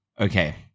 Okay